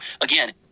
again